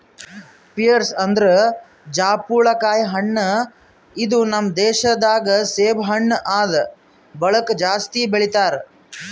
pears ಅಂದುರ್ ಜಾಪುಳಕಾಯಿ ಹಣ್ಣ ಇದು ನಮ್ ದೇಶ ದಾಗ್ ಸೇಬು ಹಣ್ಣ ಆದ್ ಬಳಕ್ ಜಾಸ್ತಿ ಬೆಳಿತಾರ್